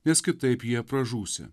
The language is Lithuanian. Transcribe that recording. nes kitaip jie pražūsi